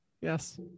Yes